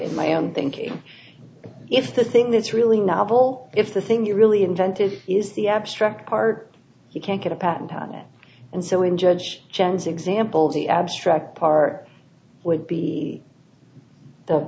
in my own thinking if the thing that's really novel if the thing you really invented is the abstract part you can't get a patent on it and so in judge jones example the abstract par would be th